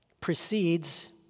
precedes